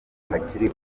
hakiri